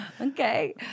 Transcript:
Okay